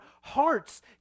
hearts